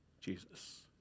Jesus